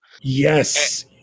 Yes